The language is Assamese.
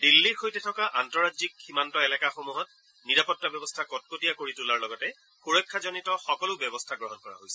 দিল্লীৰ সৈতে থকা আন্তঃৰাজ্যিক সীমান্ত এলেকাসমূহত নিৰাপত্তা ব্যৱস্থা কটকটীয়া কৰি তোলাৰ লগতে সুৰক্ষাজনিত সকলো ব্যৱস্থা গ্ৰহণ কৰা হৈছে